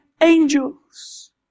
angels